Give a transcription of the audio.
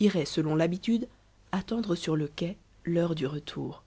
irait selon l'habitude attendre sur le quai l'heure du retour